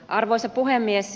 arvoisa puhemies